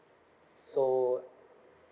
so